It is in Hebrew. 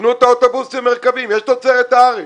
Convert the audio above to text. תקנו את האוטובוסים מ"מרכבים", יש תוצרת הארץ.